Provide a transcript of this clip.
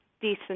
decent